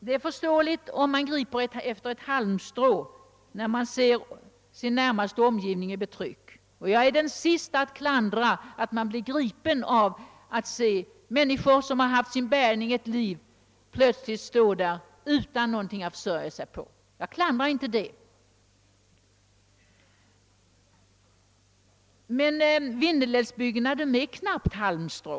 Det är förståeligt om man griper efter ett räddande halmstrå, när man upptäcker svårigheter i sin närmaste omgivning. Jag är den sista att klandra att någon blir gripen av att se människor, som hittills har haft sin bärgning hela livet, plötsligt stå utan någonting att försörja sig på. Men Vindelälvsutbyggnaden är knappast ens ett halmstrå.